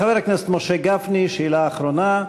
חבר הכנסת משה גפני, שאלה אחרונה.